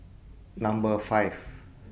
Number five